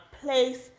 place